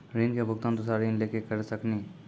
ऋण के भुगतान दूसरा ऋण लेके करऽ सकनी?